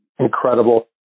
incredible